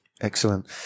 excellent